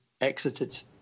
exited